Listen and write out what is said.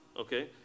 okay